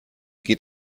geht